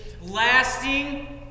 lasting